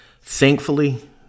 thankfully